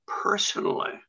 personally